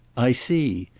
i see.